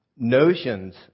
Notions